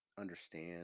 understand